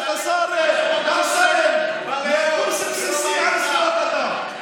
השר אמסלם לקורס הבסיסי על זכויות אדם.